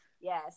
Yes